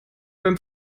beim